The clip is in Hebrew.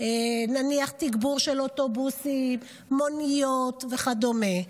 נניח תגבור של אוטובוסים, מוניות וכדומה.